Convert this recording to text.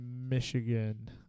Michigan